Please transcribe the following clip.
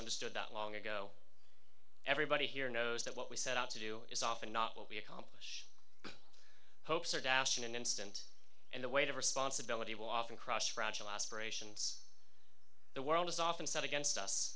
understood that long ago everybody here knows that what we set out to do is often not what we accomplish but hopes are dashed in an instant and the weight of responsibility will often crush fragile aspirations the world is often set against us